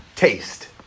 Taste